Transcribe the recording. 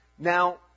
Now